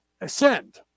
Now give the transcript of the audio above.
ascend